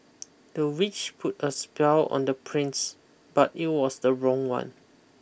the witch put a spell on the prince but it was the wrong one